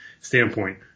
standpoint